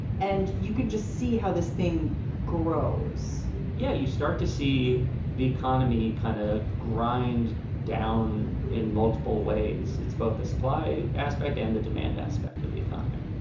and you can just see how this thing grows yeah. you start to see the economy kind of grind down in multiple ways it's both the supply aspect and the demand aspect of the economy.